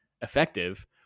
effective